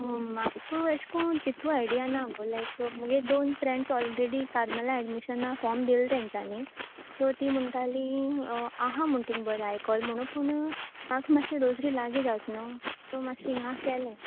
म्हाका येशकोन तितू आयडिया ना गो लायक म्हुगे दोन फ्रेंड्स अलरेडी कार्मेलां एडमिशना फोर्म घेला तेन्चानी सो ती म्हूणटाली आसा म्हूण तिंगा बोरें आयकला म्हूणू पूण म्हाका मातशें रोझरी लागीं जाता न्हू सो मातशें हिंगा केलें